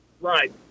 Right